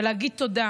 רוצה להגיד תודה